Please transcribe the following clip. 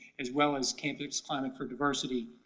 as well as campus climate for diversity.